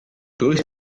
durch